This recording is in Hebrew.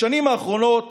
בשנים האחרונות